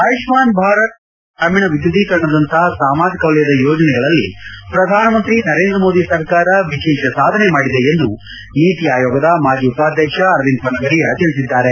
Ayushman Bharat PM Kisan ಮತ್ತು ಗ್ರಾಮೀಣ ವಿದ್ಯುದ್ದೀಕರಣದಂತಹ ಸಾಮಾಜಿಕ ವಲಯದ ಯೋಜನೆಗಳಲ್ಲಿ ಶ್ರಧಾನಮಂತ್ರಿ ನರೇಂದ್ರ ಮೋದಿ ಸರ್ಕಾರ ವಿಶೇಷ ಸಾಧನೆ ಮಾಡಿದೆ ಎಂದು ನೀತಿ ಆಯೋಗದ ಮಾಜಿ ಉಪಾಧ್ಯಕ್ಷ ಅರವಿಂದ್ ಪನಗರಿಯ ತಿಳಿಸಿದ್ದಾರೆ